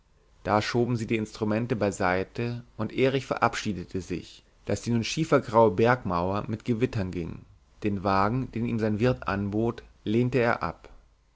da schoben sie die instrumente beiseite und erich verabschiedete sich denn es war sicher daß die nun schiefergraue bergmauer mit gewittern ging den wagen den ihm sein wirt anbot lehnte er ab